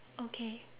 okay